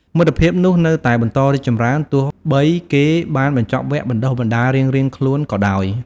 មិត្តភាពនោះនៅតែបន្តរីកចម្រើន ទោះបីគេបានបញ្ចប់វគ្គបណ្តុះបណ្ដាលរៀងៗខ្លួនក៏ដោយ។។